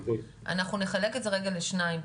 אנחנו נחלק את זה רגע לשניים,